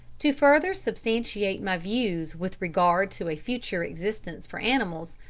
to further substantiate my views with regard to a future existence for animals,